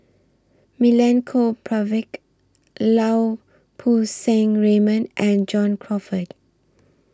Milenko Prvacki Lau Poo Seng Raymond and John Crawfurd